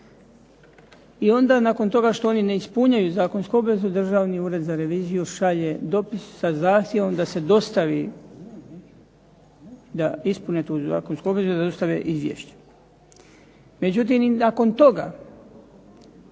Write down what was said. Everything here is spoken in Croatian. I ona nakon toga što oni ne ispunjaju svoju obvezu državni ured za reviziju šalje dopis sa zahtjevom da se dostavi da ispune tu zakonsku obvezu da ispune izvješće. Međutim, ni nakon toga